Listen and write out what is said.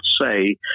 say